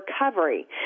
recovery